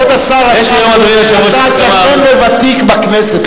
אתה זקן וותיק בכנסת,